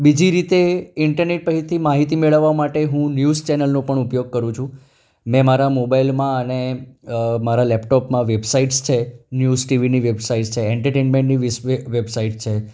બીજી રીતે ઈન્ટરનેટ પાસેથી માહિતી મેળવવા માટે હું ન્યૂઝ ચેનલનો પણ ઉપયોગ કરું છું મેં મારા મોબાઈલમાં અને મારા લેપટોપમાં વેબસાઇટ્સ છે ન્યૂઝ ટીવીની વેબસાઇટ્સ છે એન્ટરટેનમેન્ટની વેસ વેબસાઇટ છે